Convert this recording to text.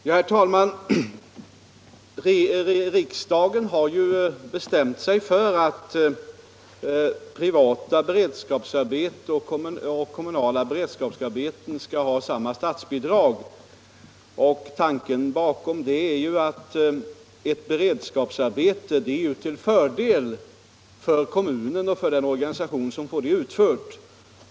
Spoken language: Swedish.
Herr talman! Riksdagen har ju bestämt sig för att privata och kommunala beredskapsarbeten skall ha samma statsbidrag, och tanken bakom det är att ett beredskapsarbete är till fördel för kommunen och för den organisation som får det utfört.